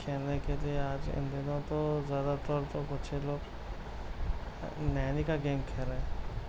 کھیلنے کے لئے آج ان دنوں تو زیادہ تر تو بچے لوگ نینی کا گیم کھیل رہے ہیں